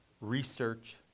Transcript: research